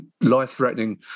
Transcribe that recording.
life-threatening